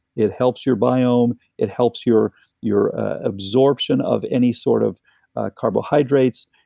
it helps your biome it helps your your absorption of any sort of carbohydrates,